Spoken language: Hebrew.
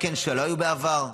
שלא היו בעבר.